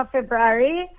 February